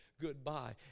Goodbye